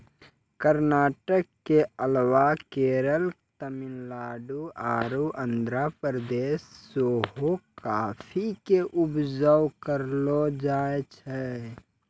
कर्नाटक के अलावा केरल, तमिलनाडु आरु आंध्र प्रदेश मे सेहो काफी के उपजा करलो जाय छै